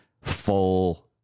full